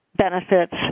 benefits